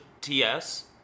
TS